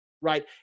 Right